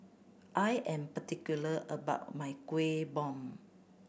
I am particular about my Kueh Bom